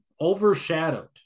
overshadowed